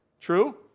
True